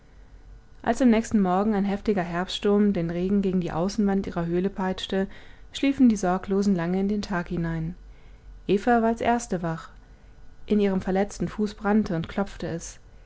als am nächsten morgen ein heftiger herbststurm den regen gegen die außenwand ihrer höhle peitschte schliefen die sorglosen lange in den tag hinein eva war als erste wach in ihrem verletzten fuß brannte und klopfte es